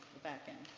the back end.